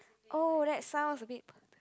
oh that sounds a bit